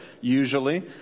usually